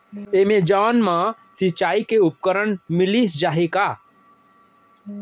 Amazon मा सिंचाई के उपकरण मिलिस जाही का?